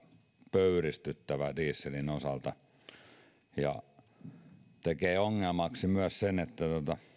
pöyristyttävä dieselin osalta se tekee ongelmaksi myös sen että